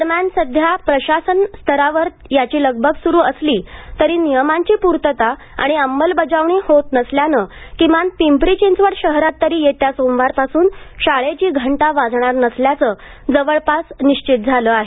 दरम्यान सध्या प्रशासन स्तरावर याची लगबग सुरू असली तरी नियमांची पूर्तता आणि अमंलबजावणी होत नसल्यानं किमान पिंपरी चिंचवड शहरात तरी येत्या सोमवारपासून शाळेची घंटा वाजणार नसल्याचं जवऴपास निश्चित झालं आहे